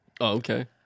Okay